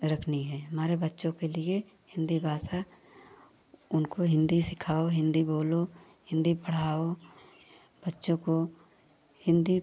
रखनी है हमारे बच्चों के लिए हिन्दी भाषा उनको हिन्दी सिखाओ हिन्दी बोलो हिन्दी पढ़ाओ बच्चों को हिन्दी